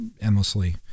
endlessly